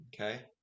Okay